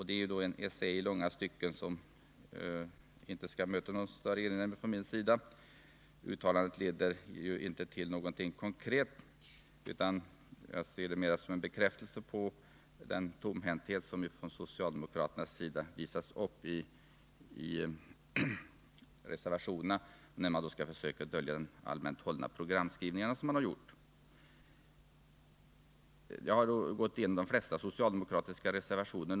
Det är en essä som i långa stycken inte skall möta någon erinran från min sida. Uttalandet leder dock inte fram till någonting konkret, utan jag ser det mera som en bekräftelse på den tomhänthet som socialdemokraterna visar upp i reservationerna, där man söker dölja denna med allmänt hållna programskrivningar. Jag har med detta gått igenom de flesta socialdemokratiska reservationer.